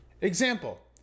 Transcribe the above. Example